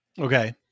Okay